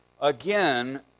Again